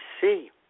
see